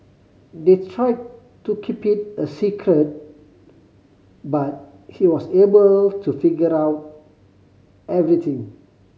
they tried to keep it a secret but he was able to figure out everything